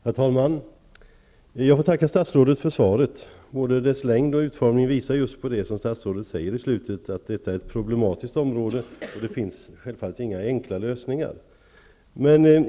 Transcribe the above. Herr talman! Jag tackar statsrådet för svaret. Både svarets längd och utformning visar att det här, som statsrådet säger i slutet av sitt svar, är ett problematiskt område. Det finns självfallet inga enkla lösningar.